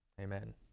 Amen